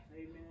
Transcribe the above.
Amen